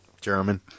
German